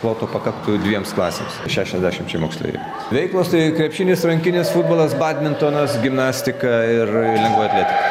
ploto pakaktų dviem klasėms šešiasdešimčiai moksleiv veiklos tai krepšinis rankinis futbolas badmintonas gimnastika ir ir lengvoji atletika